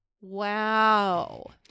Wow